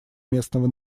местного